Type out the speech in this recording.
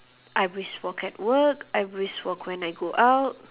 I brisk walk at work I brisk walk when I go out